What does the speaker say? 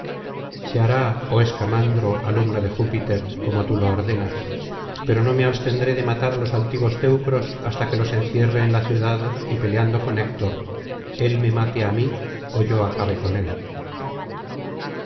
se hará oh escamandro alumno de júpiter como tú lo ordenas pero no me abstendré de matar á los altivos teucros hasta que los encierre en la ciudad y peleando con héctor él me mate á mí ó yo acabe con él